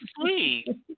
sweet